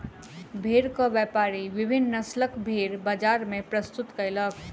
भेड़क व्यापारी विभिन्न नस्लक भेड़ बजार मे प्रस्तुत कयलक